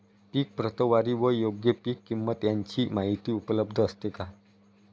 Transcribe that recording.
पीक प्रतवारी व योग्य पीक किंमत यांची माहिती उपलब्ध असते का?